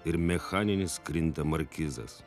ir mechaninis krinta markizas